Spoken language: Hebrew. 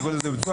תקראי לזה ביטוח,